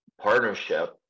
partnership